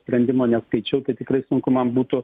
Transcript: sprendimo neskaičiau tai tikrai sunku man būtų